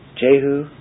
Jehu